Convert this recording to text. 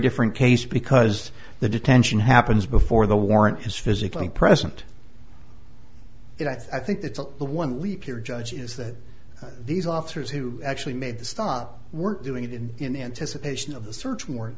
different case because the detention happens before the warrant is physically present it i think that's the one leap here judges that these officers who actually made the stop were doing it in in anticipation of the search warrant